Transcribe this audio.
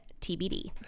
TBD